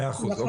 מאה אחוז.